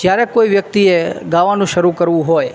જ્યારે કોઈ વ્યક્તિએ ગાવાનું શરૂ કરવું હોય